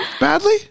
badly